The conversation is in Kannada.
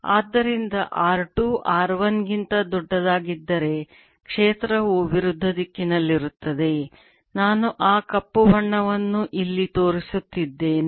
ಆದ್ದರಿಂದ r 2 r 1 ಗಿಂತ ದೊಡ್ಡದಾಗಿದ್ದರೆ ಕ್ಷೇತ್ರವು ವಿರುದ್ಧ ದಿಕ್ಕಿನಲ್ಲಿರುತ್ತದೆ ನಾನು ಆ ಕಪ್ಪು ಬಣ್ಣವನ್ನು ಇಲ್ಲಿ ತೋರಿಸುತ್ತಿದ್ದೇನೆ